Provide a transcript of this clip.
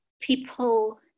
people